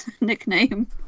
nickname